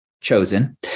chosen